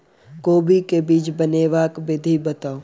कोबी केँ बीज बनेबाक विधि बताऊ?